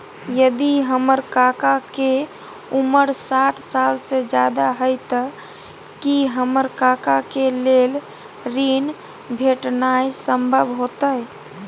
यदि हमर काका के उमर साठ साल से ज्यादा हय त की हमर काका के लेल ऋण भेटनाय संभव होतय?